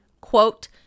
quote